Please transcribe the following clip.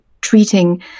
treating